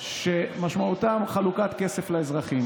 שמשמעותם חלוקת כסף לאזרחים,